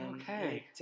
Okay